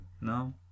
No